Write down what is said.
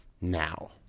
now